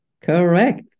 Correct